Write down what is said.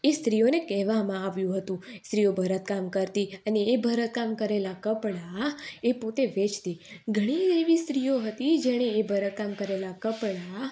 એ સ્ત્રીઓને કહેવામાં આવ્યું હતું સ્ત્રીઓ ભરતકામ કરતી અને એ ભરતકામ કરેલાં કપડાં એ પોતે વેચતી ઘણી એવી સ્ત્રીઓ હતી જ ભરતકામ કરેલાં કપડાં